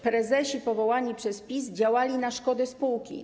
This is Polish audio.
Prezesi powołani przez PiS działali na szkodę spółki.